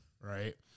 right